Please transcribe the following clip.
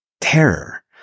terror